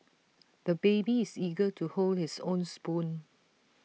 the baby is eager to hold his own spoon